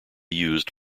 used